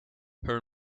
her